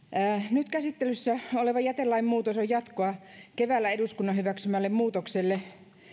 nyt käsittelyssä oleva jätelain muutos on jatkoa keväällä eduskunnan hyväksymälle muutokselle